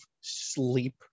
sleep